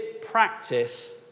practice